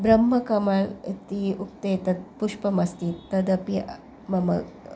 ब्रह्मकमलम् इति उक्ते तत् पुष्पमस्ति तदपि मम